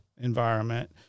environment